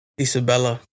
Isabella